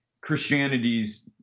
Christianity's